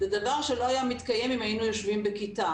זה דבר שלא היה מתקיים אם היינו יושבים בכיתה.